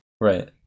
Right